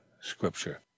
Scripture